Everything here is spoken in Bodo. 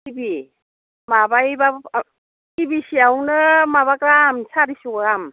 सिबि माबायोबा सिबिसेयावनो माबा गाहाम सारिस' गाहाम